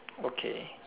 okay